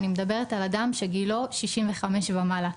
אני מדברת על אדם שגילו 65 ומעלה.